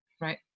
Right